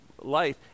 life